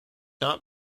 not